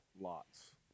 Lots